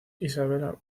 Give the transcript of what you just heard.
isabella